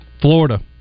Florida